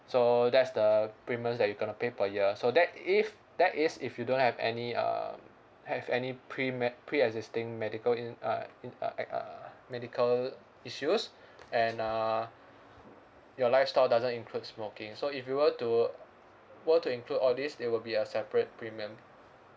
so that's the premiums that you're going to pay per year so that if that is if you don't have any uh have any pre~ med~ pre-existing medical in uh in uh at uh medical issues and uh your lifestyle doesn't include smoking so if you were to were to include all these it will be a separate premium